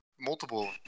multiple